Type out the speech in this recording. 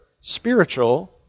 spiritual